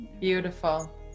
Beautiful